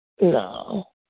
no